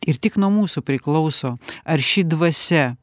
ir tik nuo mūsų priklauso ar ši dvasia